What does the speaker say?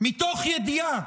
מתוך ידעה